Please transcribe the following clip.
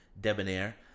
Debonair